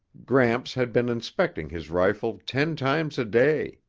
gramps had been inspecting his rifle ten times a day.